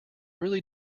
really